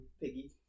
Piggy